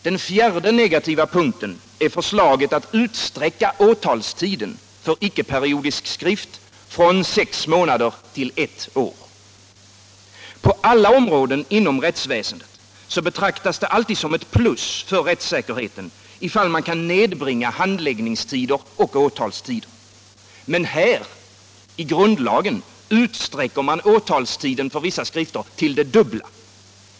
Den fjärde negativa punkten är förslaget att utsträcka åtalstiden för icke-periodisk skrift från sex månader till eu år. På alla områden inom rättsväsendet betraktas det alltid som ett plus för rättssäkerheten. om man kan nedbringa handläggningsoch åtalstider. Men här, i grundlagen, sträcker man åtalstiden för vissa skritter till det dubbla.